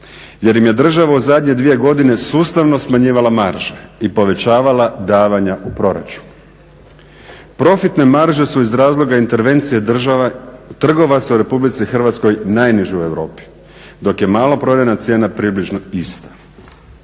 jer im je država u zadnje dvije godine sustavno smanjivala marže i povećavala davanja u proračunu. Profitne marže su iz razloga intervencije države, trgovaca u RH najniža u Europi dok je maloprodajna cijena približno ista.